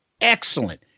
excellent